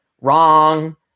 wrong